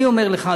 אני אומר לך,